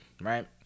right